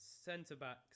Centre-backs